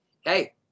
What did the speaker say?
hey